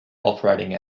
operating